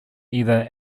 either